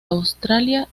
australia